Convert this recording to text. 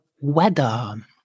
weather